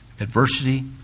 adversity